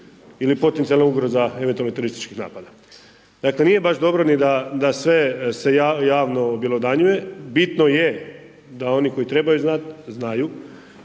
ili potencijalna ugroza eventualnih terorističkih napada? Dakle, nije baš dobro ni da sve se javno objelodanjuje, bitno je da oni koji trebaju znati,